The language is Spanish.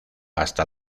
hasta